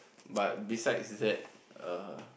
but besides that err